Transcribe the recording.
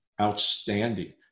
outstanding